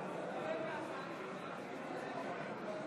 אני קובע כי הצעת האי-אמון של סיעת הליכוד לא התקבלה.